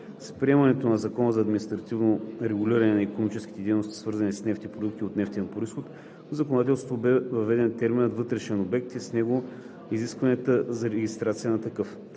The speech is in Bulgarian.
С приемането на Закона за административно регулиране на икономическите дейности, свързани с нефт и продукти от нефтен произход, в законодателството бе въведен терминът „вътрешен обект“ и с него изискванията за регистрация на такъв.